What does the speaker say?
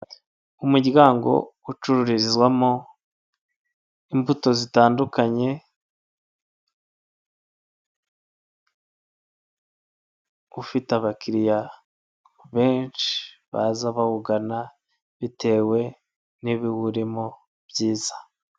Umuryango ucururizwamo imbuto zitandukanye ufite abakiriya benshi baza bawugana bitewe n'ibiwurimo byiza.